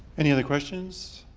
any other questions?